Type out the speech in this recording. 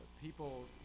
people